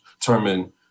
determine